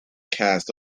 cast